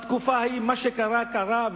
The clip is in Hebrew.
בתקופה ההיא מה שקרה קרה,